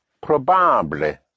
probable